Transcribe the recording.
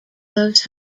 those